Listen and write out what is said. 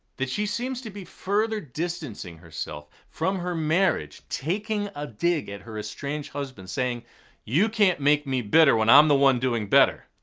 that she seems to be further distancing herself from her marriage, taking a dig at her estranged husband saying you can't make me bitter when i'm the one doing better.